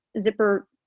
zipper